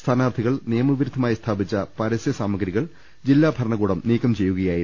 സ്ഥാനാർത്ഥികൾ നിയമവിരുദ്ധമായി സ്ഥാപിച്ച പരസൃ സാമഗ്രി കൾ ജില്ലാ ഭരണകൂടം നീക്കം ചെയ്യുകയായിരുന്നു